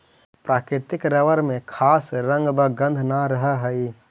प्राकृतिक रबर में खास रंग व गन्ध न रहऽ हइ